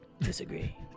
disagree